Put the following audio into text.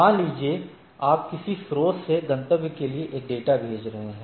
मान लीजिए आप किसी स्रोत से गंतव्य के लिए एक डेटा भेज रहे हैं